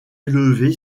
élevé